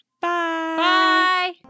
Bye